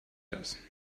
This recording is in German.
das